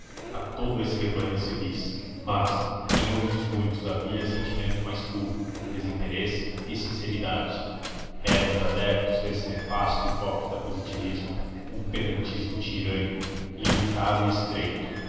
a todo esse rebanho de civis mas em outros muitos havia sentimento mais puro desinteresse e sinceridade eram os adeptos desse nefasto e hipócrita positivismo um pedantismo tirânico limitado e estreito